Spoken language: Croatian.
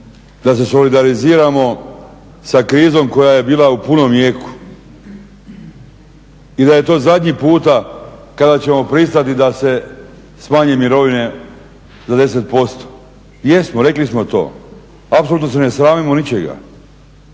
da se solidariziramo sa krizom koja je bila u punom jeku i da je to zadnji puta kada ćemo pristati da se smanje mirovine za 10%. Jesmo, rekli smo to, apsolutno se ne sramimo ničega.